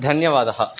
धन्यवादः